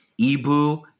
Ibu